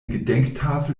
gedenktafel